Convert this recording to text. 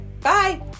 Bye